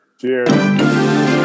Cheers